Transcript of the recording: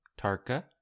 Tarka